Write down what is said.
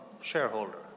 shareholder